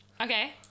Okay